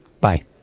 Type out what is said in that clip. Bye